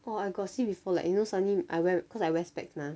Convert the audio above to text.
oh I got before like you know suddenly I we~ cause I wear specs mah